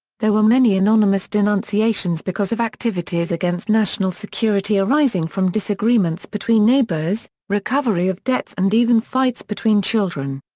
there were many anonymous denunciations because of activities against national security arising from disagreements between neighbours, recovery of debts and even fights between children.